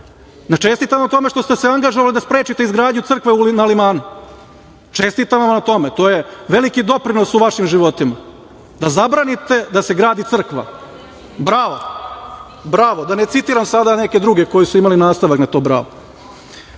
Čestitam vam na tome što ste se angažovali da sprečite izgradnju crkve na Limanu, čestitam vam na tome, to je veliki doprinos u vašim životima, da zabranite da se gradi crkva. Bravo! Da ne citiram sada neke druge koji su imali nastavak na to bravo. Onda